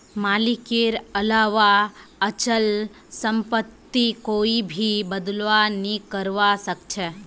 मालिकेर अलावा अचल सम्पत्तित कोई भी बदलाव नइ करवा सख छ